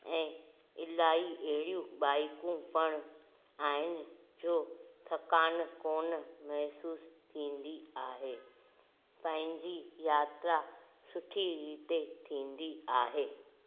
ऐं इलाही अहिड़ियूं बाइकूं पाण आहिनि जो थकान कोन महसूसु थींदी आहे पंहिंजी यात्रा सुठी हिते थींदी आहे